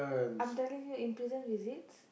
I'm telling you in prison visits